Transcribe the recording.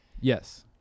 Yes